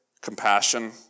compassion